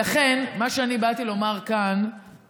לכן, מה שאני באתי לומר כאן, יושבת-ראש מפלגת